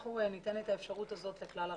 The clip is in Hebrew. אנחנו ניתן את האפשרות הזאת לכלל הרשויות.